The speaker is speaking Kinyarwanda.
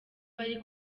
bari